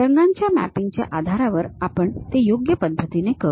रंगाच्या मॅपिंग च्या आधारावर आपण ते योग्य पद्धतीने करू